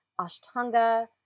Ashtanga